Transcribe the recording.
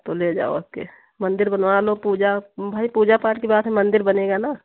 तो ले जाओ आ कर मंदिर बनवा लो पूजा भाई पूजा पाठ की बात है मंदिर बनेगा न